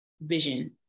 vision